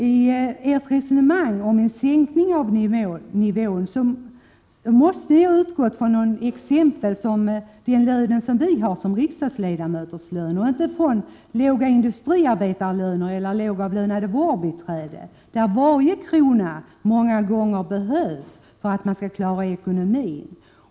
I ert resonemang om en sänkning av nivån måste ni ha utgått från sådana löner som vi har som riksdagsledamöter och inte från de låga löner som industriarbetare eller vårdbiträden har. Dessa behöver många gånger varje krona för att klara ekonomin.